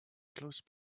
close